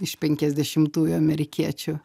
iš penkiasdešimtųjų amerikiečių